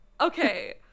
Okay